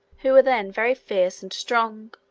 who were then very fierce and strong.